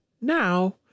now